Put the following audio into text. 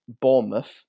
Bournemouth